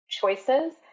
choices